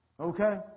Okay